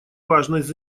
важность